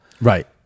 Right